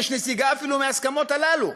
יש נסיגה אפילו מההסכמות הללו.